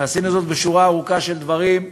עשינו זאת בשורה ארוכה של דברים,